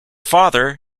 father